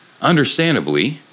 Understandably